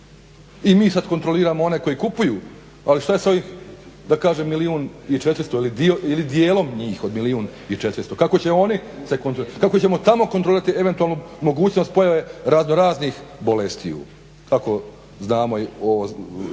I mi sad kontroliramo one koji kupuju, ali šta je s ovih milijun i 400 ili dijelom njih od milijun i 400, kako ćemo tamo kontrolirati eventualnu mogućnost pojave raznoraznih bolesti. Kako znamo Jakovina